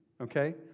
okay